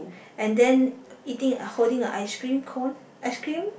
and then eating uh holding a ice cream cone ice cream